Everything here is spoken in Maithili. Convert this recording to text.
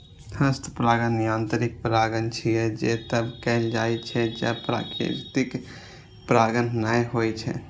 हस्त परागण यांत्रिक परागण छियै, जे तब कैल जाइ छै, जब प्राकृतिक परागण नै होइ छै